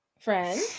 Friend